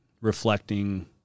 reflecting